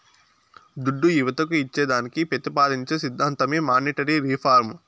దుడ్డు యువతకు ఇచ్చేదానికి పెతిపాదించే సిద్ధాంతమే మానీటరీ రిఫార్మ్